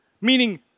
meaning